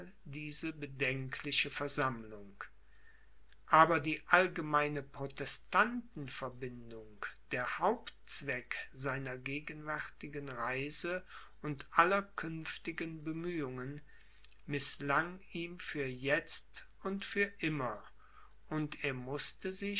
diese bedenkliche versammlung aber die allgemeine protestantenverbindung der hauptzweck seiner gegenwärtigen reise und aller künftigen bemühungen mißlang ihm für jetzt und für immer und er mußte